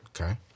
Okay